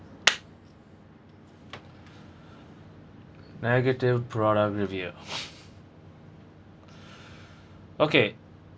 negative product review okay